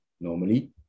normally